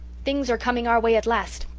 things are coming our way at last.